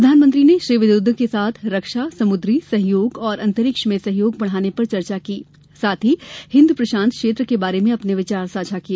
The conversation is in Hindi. प्रधानमंत्री ने श्री विदोदो के साथ रक्षा समुद्री सहयोग और अंतरिक्ष में सहयोग बढ़ाने पर चर्चा की और हिंद प्रशांत क्षेत्र के बारे में अपने विचार साझा किए